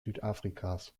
südafrikas